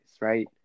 right